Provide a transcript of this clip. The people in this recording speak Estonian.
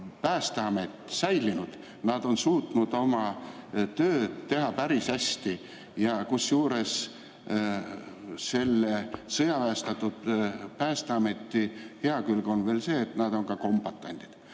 päästeamet säilinud, on nad suutnud oma tööd teha päris hästi, kusjuures selle sõjaväestatud päästeameti hea külg on veel see, et nad on ka kombatandid.